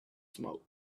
smoke